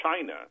China